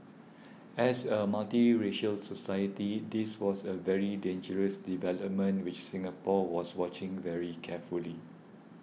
as a multiracial society this was a very dangerous development which Singapore was watching very carefully